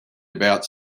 about